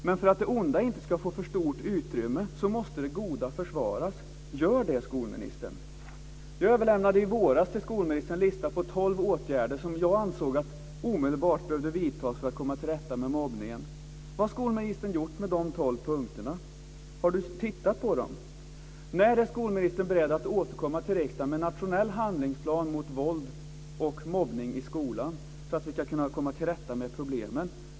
Men för att det onda inte ska få för stort utrymme måste det goda försvaras. Gör det, skolministern! Jag överlämnade i våras till skolministern en lista på tolv åtgärder som jag ansåg omedelbart behövde vidtas för att man skulle komma till rätta med mobbningen. Vad har skolministern gjort med de tolv punkterna? Har hon tittat på dem? När är skolministern beredd att återkomma till riksdagen med en nationell handlingsplan mot våld och mobbning i skolan för att vi ska kunna komma till rätta med problemen?